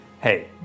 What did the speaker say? hey